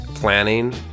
planning